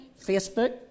Facebook